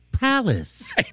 palace